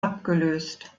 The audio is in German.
abgelöst